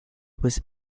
was